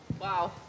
Wow